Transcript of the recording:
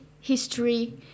history